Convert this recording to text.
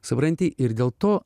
supranti ir dėl to